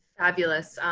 fabulous.